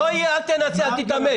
אל תתאמץ.